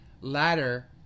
ladder